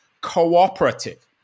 cooperative